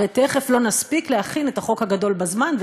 הרי תכף לא נספיק להכין את החוק הגדול בזמן,